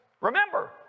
Remember